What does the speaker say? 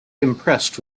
impressed